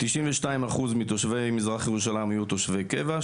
92% מתושבי מזרח ירושלים היו תושבי קבע,